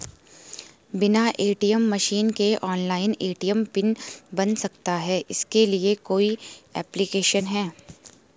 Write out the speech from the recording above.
बिना ATM machine के online ATM PIN बन सकता है इसके लिए कोई ऐप्लिकेशन है?